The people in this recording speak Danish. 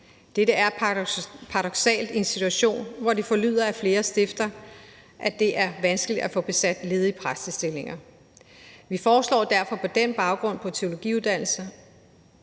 Det er paradoksalt i en situation, hvor det forlyder fra flere stifter, at det er vanskeligt at få besat ledige præstestillinger. Vi foreslår derfor på den baggrund, at dimensioneringen